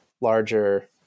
larger